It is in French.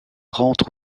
rentre